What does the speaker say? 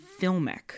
filmic